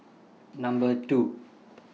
Number two